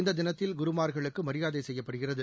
இந்த தினத்தில் குருமார்களுக்கு மரியாதை செய்யப்படுகிறது